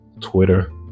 Twitter